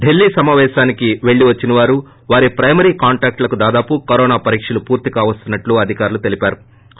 ఢిల్లీ సమాపేశానికి పెల్లివచ్చిన వారూ వారి పైమరీ కాంటాక్ట్ లకు దాదాపు కరోనా పరీక్షలు పూర్తి కావస్తున్నాయని అధికారులు తెలిపారు